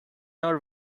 our